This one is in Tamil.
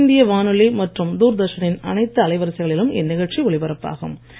அகில இந்திய வானொலி மற்றும் தூர்தர்ஷனின் அனைத்து அலைவரிசைகளிலும் இந்நிகழ்ச்சி ஒலிபரப்பாகும்